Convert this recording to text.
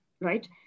right